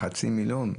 חצי מיליון.